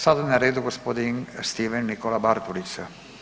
Sada je na redu gospodin Stephen Nikola Bartulica.